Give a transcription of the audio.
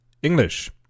English